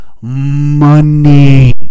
Money